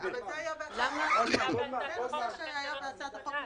נושא שהיה בהצעת החוק מלכתחילה.